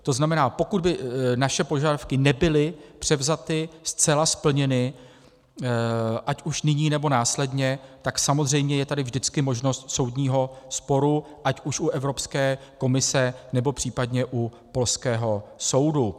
To znamená, že pokud by naše požadavky nebyly převzaty, zcela splněny, ať už nyní, nebo následně, tak samozřejmě je tady vždycky možnost soudního sporu ať už u Evropské komise, nebo případně u polského soudu.